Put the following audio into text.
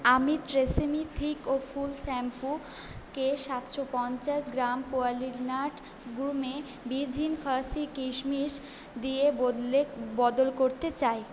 আমি TRESemmé thick ও ফুল শ্যাম্পুকে সাতশো পঞ্চাশ গ্রাম কোয়ালিনাট গুরমে বীজহীন ফার্সি কিশমিশ দিয়ে বদলে বদল করতে চাই